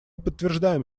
подтверждаем